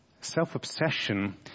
Self-obsession